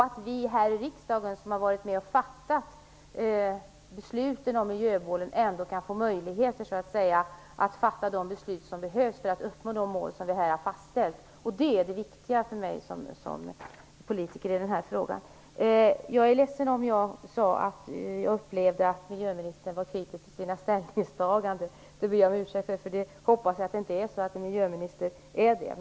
Det är också viktigt att vi här i riksdagen kan få möjligheter att fatta de beslut som behövs för att uppnå de mål som vi här har fastställt. Det är det viktiga för mig som politiker i den här frågan. Jag är ledsen om jag sade att jag upplevde att miljöministern var kritisk till sina ställningstaganden. Det ber jag om ursäkt för. Jag hoppas att miljöministern inte är det.